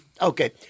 okay